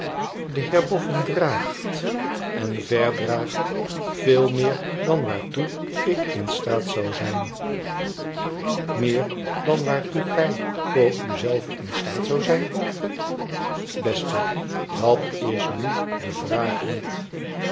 de heer boffin draagt en verdraagt veel meer dan waartoe ik in staat zou zijn meer dan waartoe gij voor u zelven in staat zoudt zijn alfied beste dat is nu de vraag niet